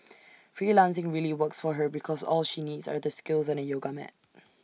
freelancing really works for her because all she needs are the skills and A yoga mat